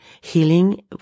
Healing